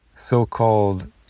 so-called